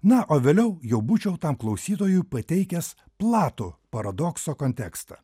na o vėliau jau būčiau tam klausytojui pateikęs platų paradokso kontekstą